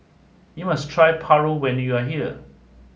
you must try Paru when you are here